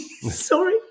Sorry